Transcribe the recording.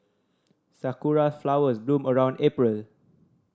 sakura flowers bloom around April